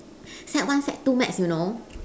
sec one sec two maths you know